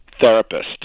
therapist